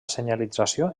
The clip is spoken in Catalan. senyalització